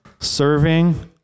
serving